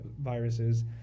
viruses